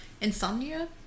Insomnia